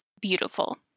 beautiful